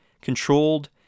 controlled